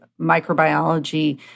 microbiology